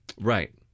Right